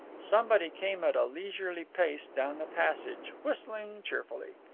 somebody came at a leisurely pace down the passage, whistling cheerfully.